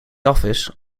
office